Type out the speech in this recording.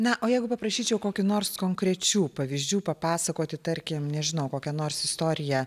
na o jeigu paprašyčiau kokių nors konkrečių pavyzdžių papasakoti tarkim nežinau kokią nors istoriją